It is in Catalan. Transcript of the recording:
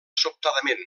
sobtadament